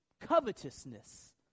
Covetousness